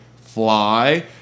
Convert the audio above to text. fly